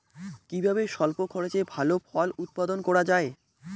কিভাবে স্বল্প খরচে ভালো ফল উৎপাদন করা যায়?